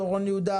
דורון יהודה,